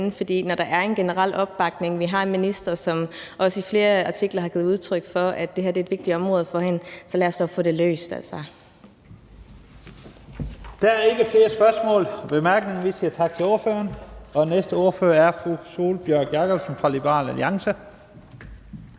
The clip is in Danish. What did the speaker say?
herinde. Når der er en generel opbakning og vi har en minister, som også i flere artikler har givet udtryk for, at det her et vigtigt område for hende, så lad os da få det løst. Kl. 11:01 Første næstformand (Leif Lahn Jensen): Der er ikke flere spørgsmål og korte bemærkninger. Vi siger tak til ordføreren. Næste ordfører er fru Sólbjørg Jakobsen fra Liberal Alliance.